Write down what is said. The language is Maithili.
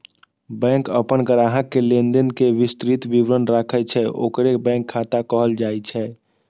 बैंक अपन ग्राहक के लेनदेन के विस्तृत विवरण राखै छै, ओकरे बैंक खाता कहल जाइ छै